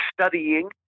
studying